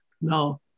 Now